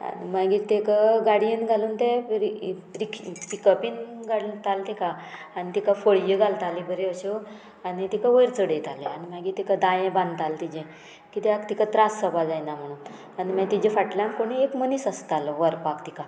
आनी मागीर ताका गाडयेन घालून ते रिक पिकपीन घालताले तिका आनी तिका फळयो घालताली बऱ्यो अश्यो आनी तिका वयर चडयताले आनी मागीर तिका दायें बांदताली तिजें कित्याक तिका त्रास जावपा जायना म्हणून आनी मागीर तिच्या फाटल्यान कोणी एक मनीस आसतालो व्हरपाक तिका